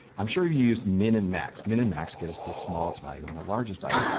i'm sure you used min and max, min and max give us the smallest value and the largest value.